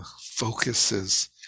focuses